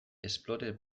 explorer